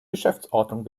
geschäftsordnung